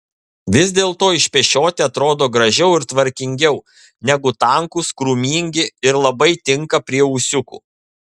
vis dėlto išpešioti atrodo gražiau ir tvarkingiau negu tankūs krūmingi ir labai tinka prie ūsiukų